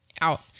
out